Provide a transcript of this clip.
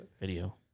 Video